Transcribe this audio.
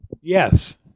Yes